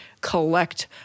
collect